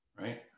right